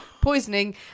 poisoning